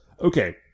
Okay